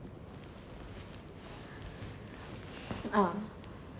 ah